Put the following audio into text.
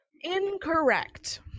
Incorrect